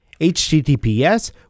HTTPS